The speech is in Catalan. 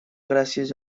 gràcies